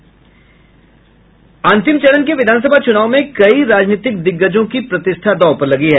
तीसरे और अंतिम चरण के विधानसभा चूनाव में कई राजनीतिक दिग्गजों की प्रतिष्ठा दांव पर लगी है